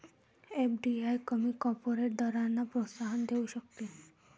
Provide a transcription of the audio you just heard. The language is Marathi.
एफ.डी.आय कमी कॉर्पोरेट दरांना प्रोत्साहन देऊ शकते